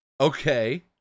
Okay